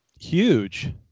huge